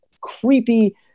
creepy